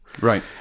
right